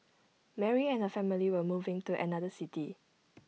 Mary and her family were moving to another city